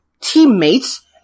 teammates